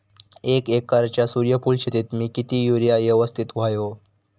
एक एकरच्या सूर्यफुल शेतीत मी किती युरिया यवस्तित व्हयो?